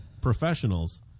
professionals